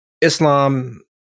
Islam